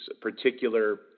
particular